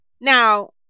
Now